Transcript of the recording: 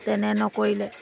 তেনে নকৰিলে